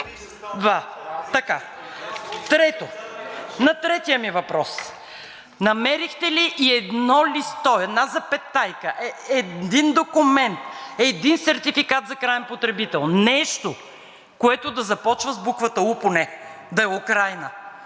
Трето, на третия ми въпрос: намерихте ли и едно листо, една запетайка, един документ, един сертификат за краен потребител, нещо, което да започва с буквата „у“ поне – да е Украйна?